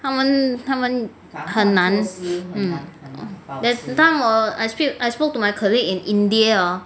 他们他们很难 mm that time hor I speak I spoke to my colleague in india hor